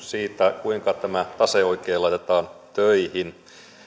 siitä kuinka tämä tase oikein laitetaan töihin